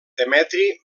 demetri